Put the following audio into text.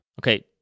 Okay